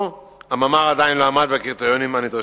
המאמר עדיין לא עמד בקריטריונים הנדרשים.